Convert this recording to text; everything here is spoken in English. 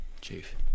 Chief